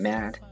Mad